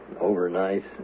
Overnight